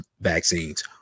vaccines